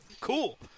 Cool